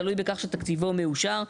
תלוי בכך שתקציבו מאושר.